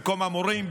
במקום המורים,